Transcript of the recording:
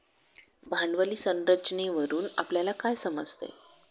भांडवली संरचनेवरून आपल्याला काय समजते?